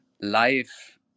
life